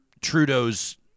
Trudeau's